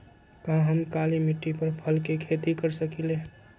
का हम काली मिट्टी पर फल के खेती कर सकिले?